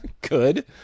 good